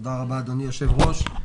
תודה רבה אדוני היושב ראש.